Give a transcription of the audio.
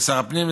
לשר הפנים,